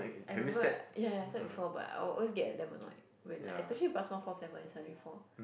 I remember ya I said before but I will always get damn annoyed when like especially bus one four seven and seventy four